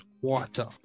water